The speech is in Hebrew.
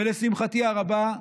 לשמחתי הרבה,